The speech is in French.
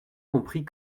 compris